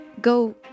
go